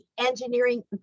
engineering